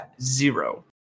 Zero